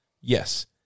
Yes